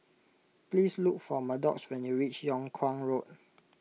please look for Maddox when you reach Yung Kuang Road